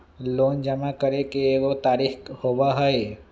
Loan जमा करेंगे एगो तारीक होबहई?